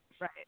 Right